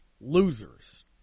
losers